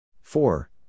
Four